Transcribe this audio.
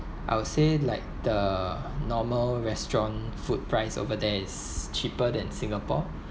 I would say like the normal restaurant food price over there is cheaper than singapore